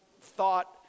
thought